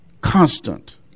constant